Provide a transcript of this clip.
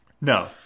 No